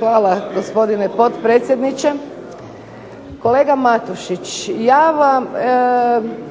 Hvala gospodine potpredsjedniče. Kolega Matušić, ja vam